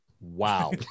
wow